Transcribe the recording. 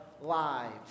lives